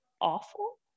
awful